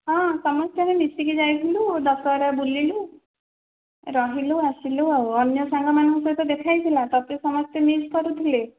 ହଁ ସମସ୍ତେ ଆମେ ମିଶିକି ଯାଇଥିଲୁ ଦଶହରା ବୁଲିଲୁ ରହିଲୁ ଆସିଲୁ ଆଉ ଅନ୍ୟ ସାଙ୍ଗମାନଙ୍କ ସହିତ ଦେଖା ହେଇଥିଲା ତୋତେ ସମସ୍ତେ ମିସ୍ କରୁଥିଲେ